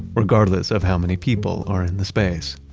regardless of how many people are in the space